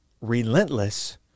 relentless